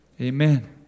amen